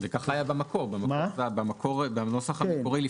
בנוסח המקורי,